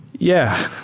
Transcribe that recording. yeah,